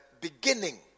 beginning